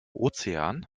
ozean